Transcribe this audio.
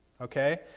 Okay